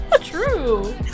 true